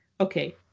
okay